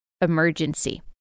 emergency